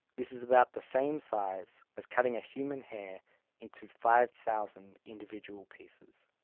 this is about the same size as cutting a human hair into five thousand individual pieces.